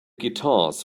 guitars